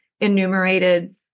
enumerated